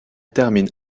termine